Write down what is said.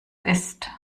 isst